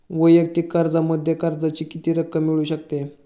वैयक्तिक कर्जामध्ये कर्जाची किती रक्कम मिळू शकते?